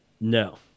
No